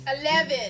Eleven